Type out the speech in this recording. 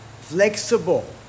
flexible